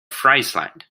friesland